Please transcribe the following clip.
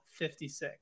56